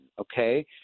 okay